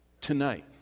tonight